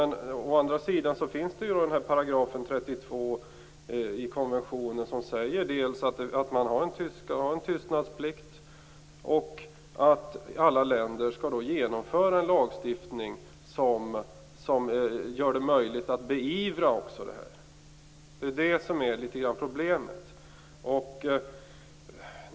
Däremot finns paragraf 32 i konventionen, som säger dels att man skall ha en tystnadsplikt, dels att alla länder skall införa en lagstiftning som gör det möjligt att också beivra detta. Det är det som är problemet.